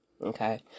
okay